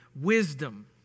wisdom